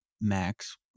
Max